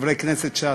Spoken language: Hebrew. חברי הכנסת מש"ס,